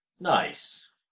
Nice